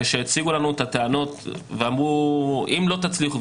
ושהציגו לנו את הטענות ואמרו: אם לא תצליחו,